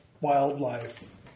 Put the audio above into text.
wildlife